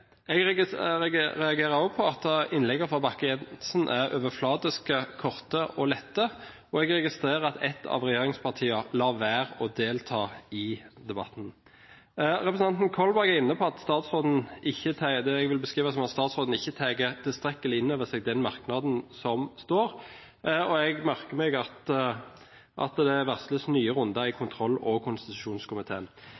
Jeg reagerer også på at innleggene fra Bakke-Jensen er overfladiske, korte og lette, og jeg registrerer at et av regjeringspartiene lar være å delta i debatten. Representanten Kolberg var inne på at statsråden ikke har tatt tilstrekkelig inn over seg den merknaden som står, og jeg merker meg at det varsles nye runder i